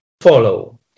follow